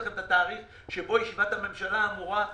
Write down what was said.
את התאריך שבו ישיבת הממשלה אמורה להתקיים.